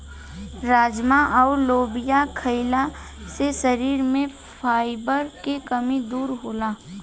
राजमा अउर लोबिया खईला से शरीर में फाइबर के कमी दूर होला